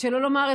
שלא לומר,